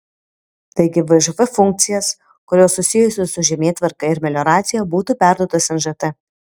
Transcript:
taigi vžf funkcijas kurios susijusios su žemėtvarka ir melioracija būtų perduotos nžt